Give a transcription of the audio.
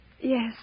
Yes